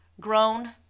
grown